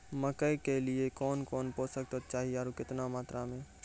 मकई के लिए कौन कौन पोसक तत्व चाहिए आरु केतना मात्रा मे?